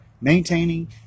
maintaining